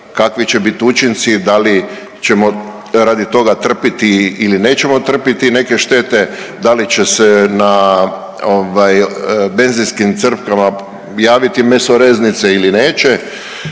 kakvi će biti učinci, da li ćemo radi toga trpiti ili nećemo trpiti neke štete, da li će se na ovaj benzinskim crpkama javiti mesoreznice ili neće